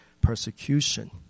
persecution